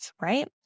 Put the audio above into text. right